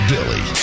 Billy